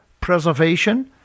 preservation